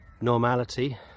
normality